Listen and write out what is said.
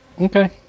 Okay